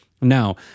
now